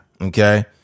Okay